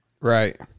Right